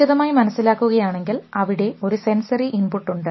വിശദമായി മനസ്സിലാക്കുകയാണെങ്കിൽ അവിടെ ഒരു സെന്സറി ഇൻപുട്ട് ഉണ്ട്